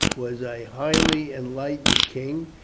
was a highly enlightened king,